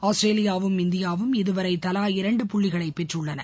ஆஸ்திரேலியாவும் இந்தியாவும் இதுவரை தலா இரண்டு புள்ளிகளைப் பெற்றுள்ளன